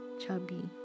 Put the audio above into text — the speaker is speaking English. chubby